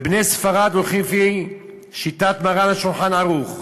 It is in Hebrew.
ובני ספרד הולכים לפי שיטת מרן ה"שולחן ערוך",